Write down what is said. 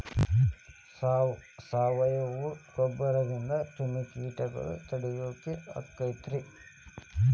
ಸಾವಯವ ಗೊಬ್ಬರದಿಂದ ಕ್ರಿಮಿಕೇಟಗೊಳ್ನ ತಡಿಯಾಕ ಆಕ್ಕೆತಿ ರೇ?